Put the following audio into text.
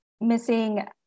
missing